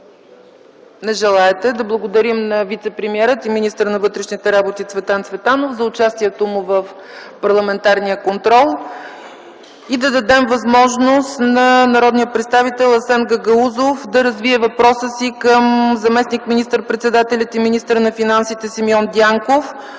Не желаете. Да благодарим на вицепремиера и министър на вътрешните работи Цветан Цветанов за участието му в парламентарния контрол. Да дадем възможност на народния представител Асен Гагаузов да развие въпроса си към заместник министър-председателя и министър на финансите Симеон Дянков